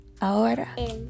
ahora